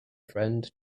friend